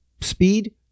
speed